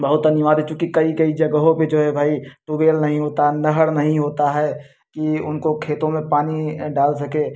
बहुत अनिवार्य है चूँकि कई कई जगहों पे जो है भाई टूबेल नहीं होता नहर नहीं होता है की उनको खेतों में पानी डाल सकें